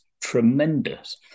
tremendous